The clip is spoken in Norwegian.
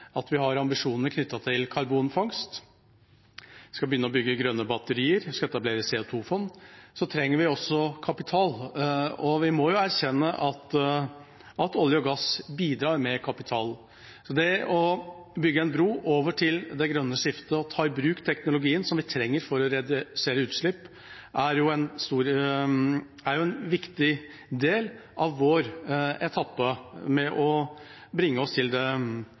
at vi har ambisjoner knyttet til karbonfangst, at vi skal begynne å bygge grønne batterier og etablere CO 2 -fond, så trenger vi også kapital, og vi må jo erkjenne at olje og gass bidrar med kapital. Så det å bygge en bro over til det grønne skiftet og ta i bruk teknologien vi trenger for å redusere utslipp, er en viktig del av vår etappe med å bringe oss til det